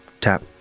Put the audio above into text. tap